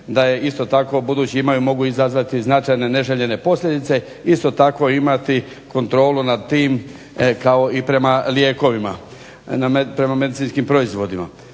da je isto tako budući imaju, mogu izazvati značajne neželjene posljedice, isto tako imati kontrolu nad tim kao i prema lijekovima, prema medicinskim proizvodima.